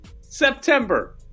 September